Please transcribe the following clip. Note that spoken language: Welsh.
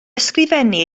ysgrifennu